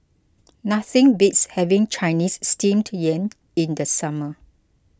nothing beats having Chinese Steamed Yam in the summer